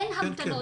אין המתנות.